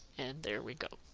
and there we go.